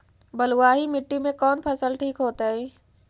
बलुआही मिट्टी में कौन फसल ठिक होतइ?